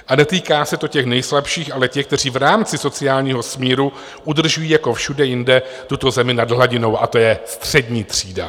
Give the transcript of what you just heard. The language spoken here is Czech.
A netýká se to těch nejslabších, ale těch, kteří v rámci sociálního smíru udržují jako všude jinde tuto zemi nad hladinou, a to je střední třída.